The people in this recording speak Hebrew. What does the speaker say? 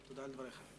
תודה על דבריך.